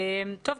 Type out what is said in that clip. טוב,